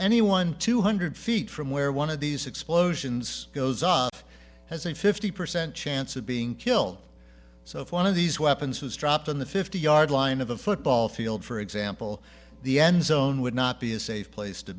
anyone two hundred feet from where one of these explosions goes up has a fifty percent chance of being killed so if one of these weapons was dropped on the fifty yard line of a football field for example the end zone would not be a safe place to